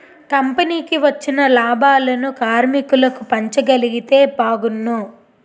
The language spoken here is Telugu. కంపెనీకి వచ్చిన లాభాలను కార్మికులకు పంచగలిగితే బాగున్ను